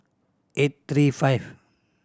eight three five